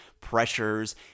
pressures